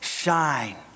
shine